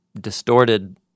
distorted